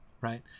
Right